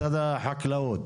משרד החקלאות,